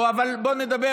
או, אבל בוא נדבר.